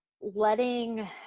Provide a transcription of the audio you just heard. letting